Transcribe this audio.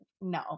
no